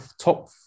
top